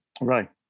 Right